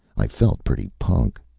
i felt pretty punk.